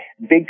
big